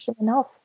enough